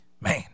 Man